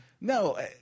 no